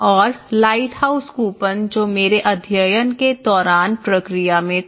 और lighthouse coupon जो मेरे अध्ययन के दौरान प्रक्रिया में था